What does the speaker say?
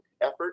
effort